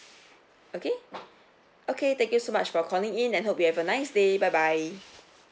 okay okay thank you so much for calling in and hope you have a nice day bye bye